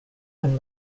and